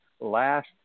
last